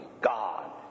God